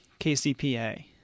KCPA